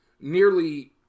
nearly